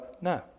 No